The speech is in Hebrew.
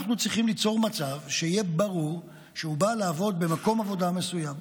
אנחנו צריכים ליצור מצב שיהיה ברור שהוא בא לעבוד במקום עבודה מסוים.